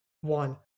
one